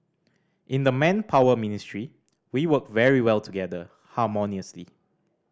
in the Manpower Ministry we work very well together harmoniously